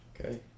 Okay